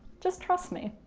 just trust me.